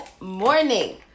morning